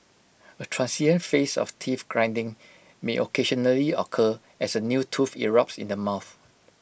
A transient phase of teeth grinding may occasionally occur as A new tooth erupts in the mouth